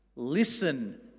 Listen